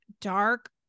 dark